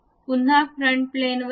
पुन्हा front plan वर जा